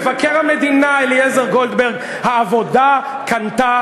מבקר המדינה אליעזר גולדברג: העבודה קנתה שלטון בכסף.